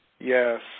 Yes